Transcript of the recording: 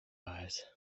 eyes